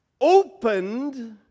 opened